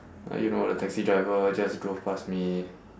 like you know the taxi driver just drove past me